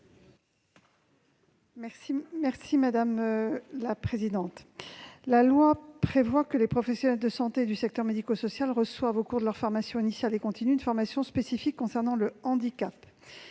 est à Mme la ministre. La loi prévoit que les professionnels de santé du secteur médico-social reçoivent au cours de leur formation initiale et continue une formation spécifique sur le handicap.